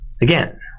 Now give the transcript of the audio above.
again